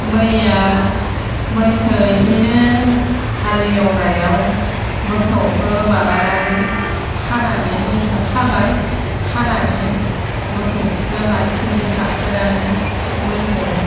मैखौ बिदिनो हालेवनायाव मोसौखो माबानानै खानानै मैखौ खाबाय खानानै मोसौजों मानसिजों गाखोनानै मैखो